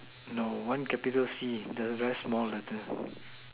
no one capital C the rest small letter